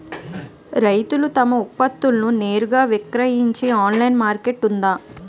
రైతులు తమ ఉత్పత్తులను నేరుగా విక్రయించే ఆన్లైన్ మార్కెట్ ఉందా?